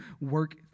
work